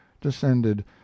descended